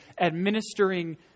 administering